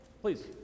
please